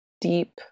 deep